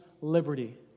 liberty